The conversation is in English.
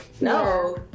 no